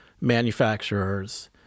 manufacturers